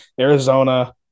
Arizona